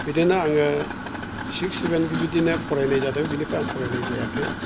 बिदिनो आङो six seven बिबायदिनो फरायनाय जादों बिनिफ्राय आङो फरायनाय जायाखै